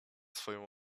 swoją